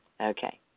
Okay